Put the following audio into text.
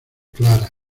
claros